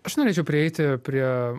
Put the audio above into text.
aš norėčiau prieiti prie